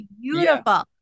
beautiful